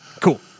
Cool